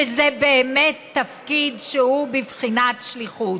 שזה באמת תפקיד שהוא בבחינת שליחות.